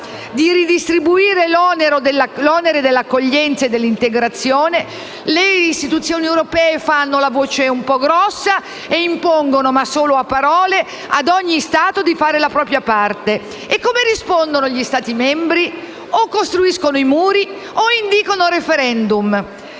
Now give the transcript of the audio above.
di ridistribuire l'onere dell'accoglienza e dell'integrazione, le istituzioni europee fanno la voce grossa ed impongono - solo a parole - a ogni Stato di fare la propria parte. Come rispondono gli altri Stati membri? Costruiscono muri o indicono *referendum*.